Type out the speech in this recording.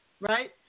right